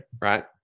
right